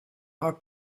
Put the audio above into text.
are